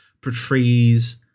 portrays